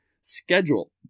schedule